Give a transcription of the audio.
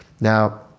Now